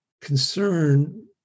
concern